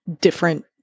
different